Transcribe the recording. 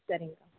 சரிங்கக்கா